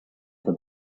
for